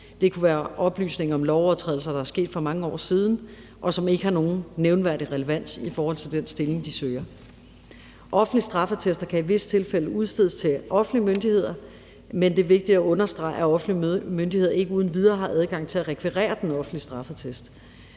Det kunne være oplysninger om lovovertrædelser, der er sket for mange år siden, og som ikke har nogen nævneværdig relevans i forhold til den stilling, de søger. Offentlige straffeattester kan i visse tilfælde udstedes til offentlige myndigheder, men det er vigtigt at understrege, at offentlige myndigheder ikke uden videre har adgang til at rekvirere den offentlige straffeattest,